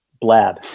Blab